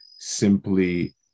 simply